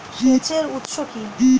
সেচের উৎস কি?